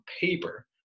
paper